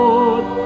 Lord